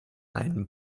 einen